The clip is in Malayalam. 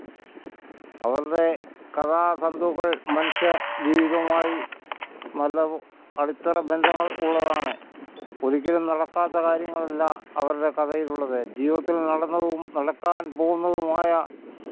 അവരുടെ കഥാതന്തുക്കൾ മനുഷ്യ ജീവിതവുമായി നല്ല അടിത്തറ ബന്ധങ്ങൾ ഉള്ളതാണ് ഒരിക്കലും നടക്കാത്ത കാര്യങ്ങളല്ല അവരുടെ കഥയിലുള്ളത് ജീവിതത്തിൽ നടന്നതും നടക്കാൻ പോകുന്നതുമായ